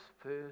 first